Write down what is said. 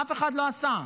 אף אחד לא עשה.